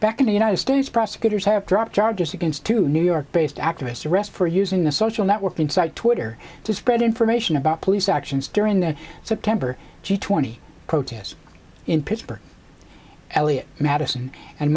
back in the united states prosecutors have dropped charges against two new york based activists arrest for using the social networking site twitter to spread information about police actions during their so temper g twenty protests in pittsburgh elliot madison and